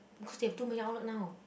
cause they have too many outlet now